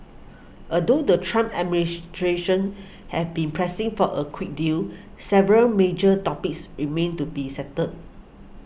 although the Trump administration have been pressing for a quick deal several major topics remain to be settled